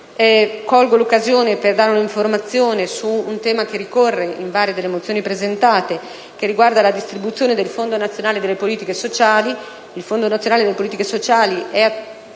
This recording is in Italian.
Colgo l'occasione per dare un'informazione su un tema che ricorre in varie mozioni presentate e che riguarda la distribuzione del fondo nazionale delle politiche sociali.